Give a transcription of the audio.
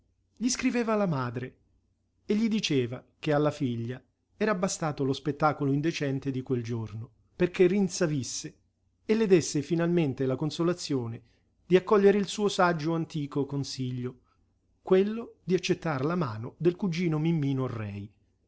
gli scriveva la madre e gli diceva che alla figlia era bastato lo spettacolo indecente di quel giorno perché rinsavisse e le desse finalmente la consolazione di accogliere il suo saggio antico consiglio quello di accettar la mano del cugino mimmino orrei